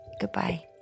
Goodbye